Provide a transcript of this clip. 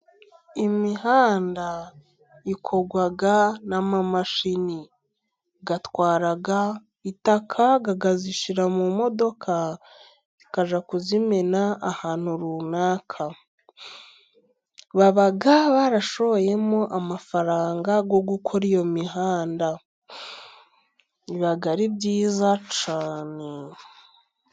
Imihanda ikorwa n'imashini zitwara itaka bakarishyira mu modoka zikajya kurimena ahantu runaka, baba barashoyemo amafaranga yo gukora iyo mihanda, biba ari byiza cyane.